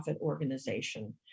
organization